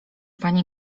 pani